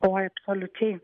oi absoliučiai